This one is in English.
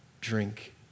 drink